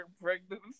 Pregnant